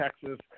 Texas